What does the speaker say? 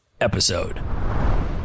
episode